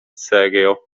serio